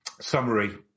summary